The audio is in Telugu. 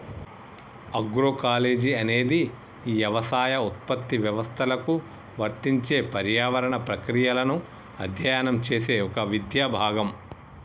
అగ్రోకాలజీ అనేది యవసాయ ఉత్పత్తి వ్యవస్థలకు వర్తించే పర్యావరణ ప్రక్రియలను అధ్యయనం చేసే ఒక విద్యా భాగం